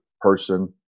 person